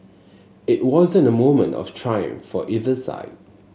it wasn't a moment of triumph for either side